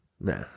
Nah